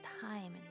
time